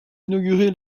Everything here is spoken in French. inaugurée